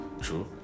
True